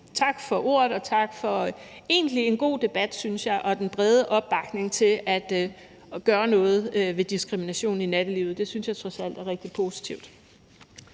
Tak for ordet, og tak for en god debat, synes jeg egentlig, og for den brede opbakning til at gøre noget ved diskrimination i nattelivet. Det synes jeg trods alt er rigtig positivt.